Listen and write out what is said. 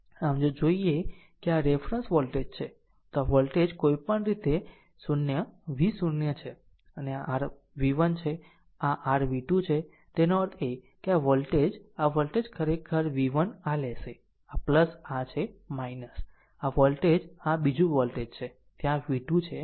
આમ જો જોઈએ કે આ રેફરન્સ વોલ્ટેજ છે તો આ વોલ્ટેજ કોઈપણ રીતે 0 v 0 0 છે અને આ r v1 છે અને આ r v2 છે તેનો અર્થ એ કે આ વોલ્ટેજ આ વોલ્ટેજ ખરેખર v1 આ લેશે આ છે અને આ વોલ્ટેજ આ બીજું વોલ્ટેજ છે ત્યાં આ v2 છે